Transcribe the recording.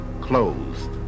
closed